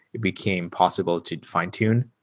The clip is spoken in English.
it became possible to fine-tune.